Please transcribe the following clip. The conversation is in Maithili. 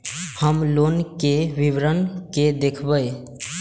हम लोन के विवरण के देखब?